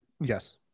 Yes